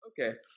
Okay